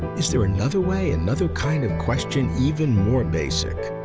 is there another way, another kind of question even more basic?